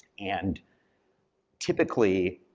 and typically,